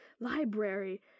library